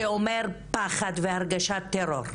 זה מעיד על פחד והרגשת טרור.